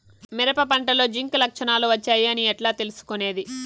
మిరప పంటలో జింక్ లక్షణాలు వచ్చాయి అని ఎట్లా తెలుసుకొనేది?